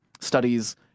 studies